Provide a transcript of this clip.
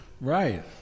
Right